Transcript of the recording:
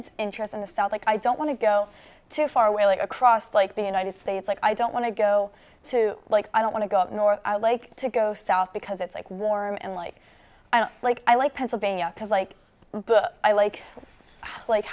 interest in the south like i don't want to go too far away like across like the united states like i don't want to go to like i don't want to go up north i like to go south because it's like warm and like i don't like i like pennsylvania because like i like i like